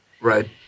Right